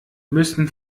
müssen